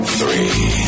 three